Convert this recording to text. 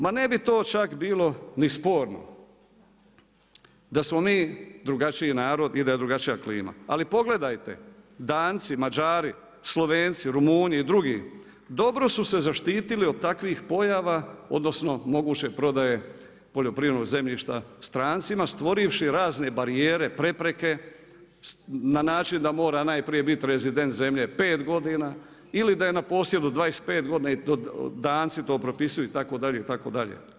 Ma ne bi to čak bilo ni sporno da smo mi drugačiji narod i da je drugačija klima, ali pogledajte Danci, Mađari, Slovenci, Rumunji i drugi, dobro su se zaštitili od takvih pojava, odnosno moguće prodaje poljoprivrednog zemljišta strancima stvorivši razne barijere, prepreke na način da mora najprije biti rezident zemlje 5 godina ili da je na posjedu 25 godina i Danci to propisuju, itd., itd.